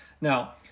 now